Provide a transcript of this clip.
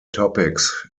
topics